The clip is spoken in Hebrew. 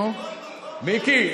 מיקי.